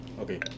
Okay